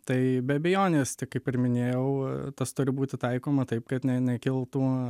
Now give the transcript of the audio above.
tai be abejonės tik kaip ir minėjau tas turi būti taikoma taip kad ne nekiltų